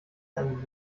ein